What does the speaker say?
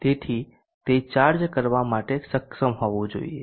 તેથી તે ચાર્જ કરવા માટે સક્ષમ હોવું જોઈએ